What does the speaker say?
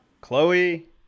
Chloe